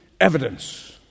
evidence